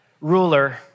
ruler